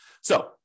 So-